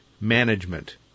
management